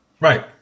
Right